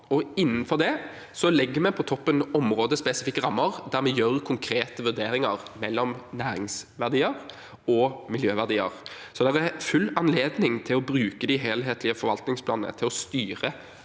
Innenfor det legger vi på toppen områdespesifikke rammer der vi gjør konkrete vurderinger mellom næringsverdier og miljøverdier. Det er altså full anledning til å bruke de helhetlige forvaltningsplanene til å styre